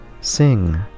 Sing